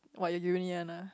what is uni one ah